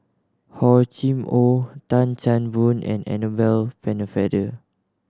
Hor Chim Or Tan Chan Boon and Annabel Pennefather